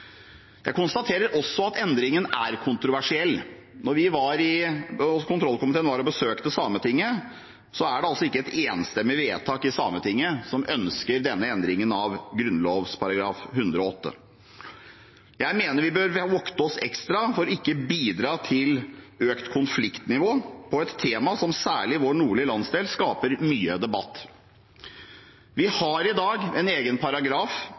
Jeg konstaterer også at endringen er kontroversiell. Kontroll- og konstitusjonskomiteen var og besøkte Sametinget, og det er ikke et enstemmig vedtak i Sametinget bak ønsket om denne endringen av Grunnloven § 108. Jeg mener vi bør vokte oss ekstra for ikke å bidra til økt konfliktnivå innen et tema som særlig i vår nordlige landsdel skaper mye debatt. Vi har i dag en egen paragraf